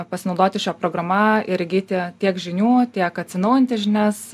pasinaudoti šia programa ir įgyti tiek žinių tiek atsinaujinti žinias